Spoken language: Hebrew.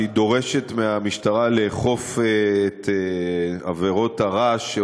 שהיא דורשת מהמשטרה לאכוף את עבירות הרעש,